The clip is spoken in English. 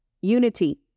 Unity